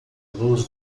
luz